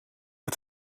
het